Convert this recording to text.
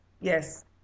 yes